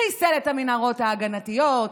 חיסל את המנהרות ההגנתיות,